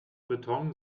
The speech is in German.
beton